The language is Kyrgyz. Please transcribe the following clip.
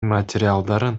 материалдарын